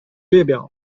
列表